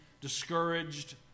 discouraged